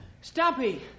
Stumpy